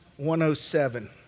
107